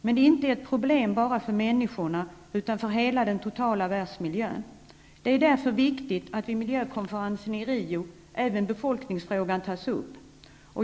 Men det är ett problem inte bara för människorna, utan också för den totala världsmiljön. Det är alltså viktigt att vid miljökonferensen i Rio även befolkningsfrågan tas upp.